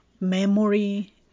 memory